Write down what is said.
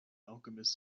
alchemist